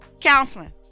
Counseling